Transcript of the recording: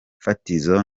fatizo